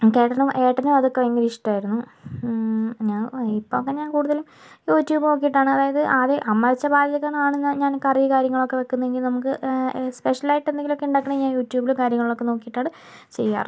ഇപ്പോൾ പിന്നെ ഞാൻ കൂടുതലും യൂട്യൂബ് നോക്കിയിട്ടാണ് അതായത് ആദ്യം അമ്മ വെച്ച പാചകങ്ങളിൽ നിന്നാണ് ഞാൻ കറി കാര്യങ്ങളൊക്കെ വെക്കുന്നതെങ്കിൽ നമുക്ക് സ്പെഷ്യലായിട്ട് എന്തെങ്കിലുമൊക്കെ ഉണ്ടാക്കണങ്കില് ഞാൻ യുട്യൂബില് കാര്യങ്ങളൊക്കെ നോക്കിയിട്ടാണ് ചെയ്യാറ്